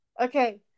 Okay